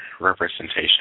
representation